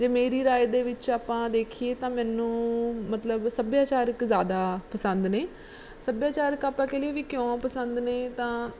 ਅਤੇ ਮੇਰੀ ਰਾਏ ਦੇ ਵਿੱਚ ਆਪਾਂ ਦੇਖੀਏ ਤਾਂ ਮੈਨੂੰ ਮਤਲਬ ਸੱਭਿਆਚਾਰਕ ਜ਼ਿਆਦਾ ਪਸੰਦ ਨੇ ਸੱਭਿਆਚਾਰਕ ਆਪਾਂ ਕਹਿ ਲਈਏ ਵੀ ਕਿਉਂ ਪਸੰਦ ਨੇ ਤਾਂ